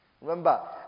Remember